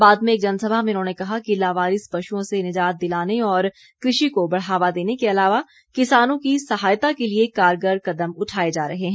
बाद में एक जनसभा में उन्होंने कहा कि लावारिस पशुओं से निजात दिलाने और कृषि को बढ़ावा देने के अलावा किसानों की सहायता के लिए कारगर कदम उठाए जा रहे हैं